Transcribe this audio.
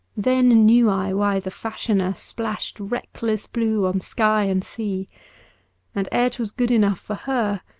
then knew i why the fashioner splashed reckless blue on sky and sea and ere twas good enough for her,